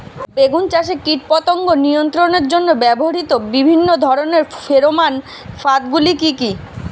বেগুন চাষে কীটপতঙ্গ নিয়ন্ত্রণের জন্য ব্যবহৃত বিভিন্ন ধরনের ফেরোমান ফাঁদ গুলি কি কি?